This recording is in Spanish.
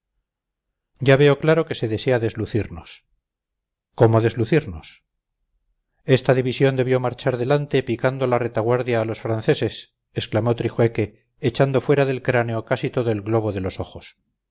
ya veo claro que se desea deslucirnos cómo deslucirnos esta división debió marchar delante picando la retaguardia a los franceses exclamó trijueque echando fuera del cráneo casi todo el globo de los ojos